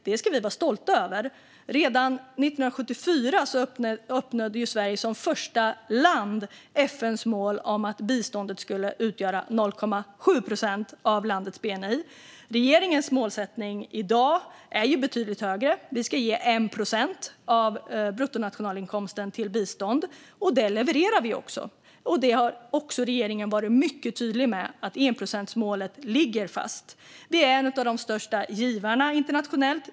Det ska vi vara stolta över. Redan 1974 uppnådde Sverige, som första land, FN:s mål om att biståndet skulle utgöra 0,7 procent av landets bni. Regeringens målsättning i dag är betydligt högre - vi ska ge 1 procent av bruttonationalinkomsten i bistånd. Det levererar vi också. Regeringen har varit mycket tydlig med att enprocentsmålet ligger fast. Vi är en av de största givarna internationellt.